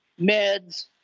Meds